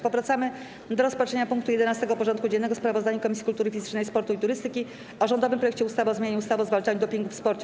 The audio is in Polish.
Powracamy do rozpatrzenia punktu 11. porządku dziennego: Sprawozdanie Komisji Kultury Fizycznej, Sportu i Turystyki o rządowym projekcie ustawy o zmianie ustawy o zwalczaniu dopingu w sporcie.